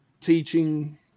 teaching